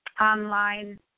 online